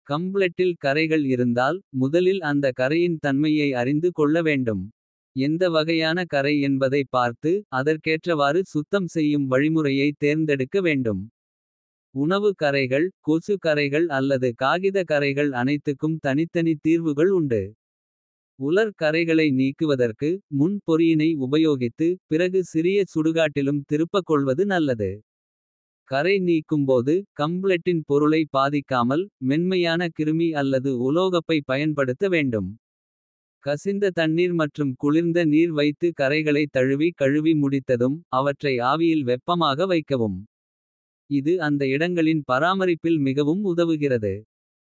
ஜின்ஸ் பயன்பாடு மிகவும் பரவலாக பயன்படுத்தப்படும் பாண்ட். கெஜுவல் அல்லது அரங்க பரிசுகளுக்குப் பொருந்தும். தினசரி அணிகலனாக சுற்றுலா அரங்க நிகழ்ச்சிகள். மற்றும் வேலைக்குச் செல்லவும் பயன்படுத்தப்படுகிறது. கிராப் பாண்ட் பயன்பாடு காலின் சரியான. இடத்தில் வெட்டு செய்யப்பட்டது. சுருக்கமான தோற்றத்தை தரும் பாண்ட் வெப்பமான காலங்களில். கடற்கரையில் அல்லது அத்தியாவசிய. பயணங்களுக்கு அணியப்படுகிறது. சொக்கிங் பாண்ட் பயன்பாடு அலங்கரிக்கப்பட்ட மற்றும். நெகிழ்வான தோற்றத்தை தரும் பாண்ட். அலுவலகம் கலாச்சார நிகழ்வுகள் அல்லது. கம்பெனி பார்டி போன்ற இடங்களில் அணியப்படுகிறது. ஸ்கினி பாண்ட் பயன்பாடு உடலின் வடிவத்தை மிகவும் நேர்த்தியான. முறையில் பொருத்தும் பாண்ட் கெஜுவல் காலங்களில். நண்பர்களுடன் சந்திப்புகள் அல்லது ஸ்டைலான தோற்றம். தேவைப்படும் இடங்களில் பயன்படுத்தப்படுகிறது. பிளேட் பாண்ட் பயன்பாடு சிறிய வளைவு அல்லது பிளீடுகளுடன் இருக்கும் பாண்ட். அலுவலகத்திற்காக பாஸ்டல் அல்லது ஃபார்மல் நிகழ்ச்சிகளுக்கு பொருந்தும்.